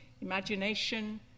imagination